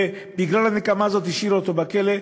ובגלל הנקמה הזאת השאירו אותו בכלא,